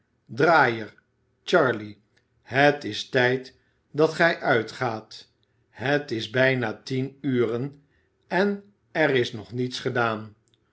draaier charley het is tijd dat gij uitgaat het is bijna tien uren en er is nog niets gedaan